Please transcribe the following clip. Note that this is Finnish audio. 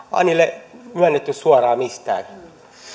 ole heille myönnetty suoraan mistään